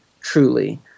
truly